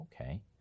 Okay